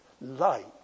light